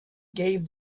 gave